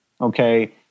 Okay